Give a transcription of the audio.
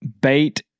bait